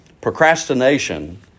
Procrastination